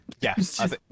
yes